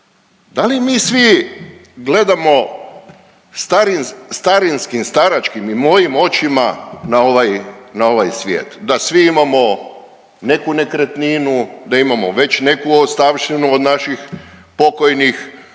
Da li mi svi gledamo starin…, starinskim, staračkim i mojim očima na ovaj, na ovaj svijet, da svi imamo neku nekretninu, da imamo već neku ostavštinu od naših pokojnih,